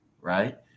right